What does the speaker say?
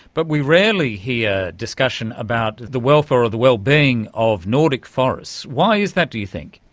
but we rarely hear discussion about the welfare or the well-being of nordic forests. why is that, do you think?